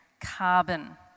carbon